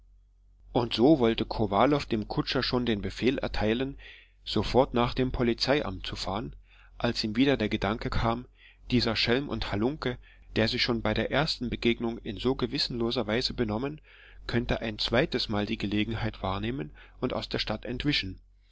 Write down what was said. und so wollte kowalow dem kutscher schon den befehl erteilen sofort nach dem polizeiamt zu fahren als ihm wieder der gedanke kam dieser schelm und halunke der sich schon bei der ersten begegnung in so gewissenloser weise benommen könnte ein zweites mal die gelegenheit wahrnehmen und aus der stadt entwischen